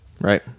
right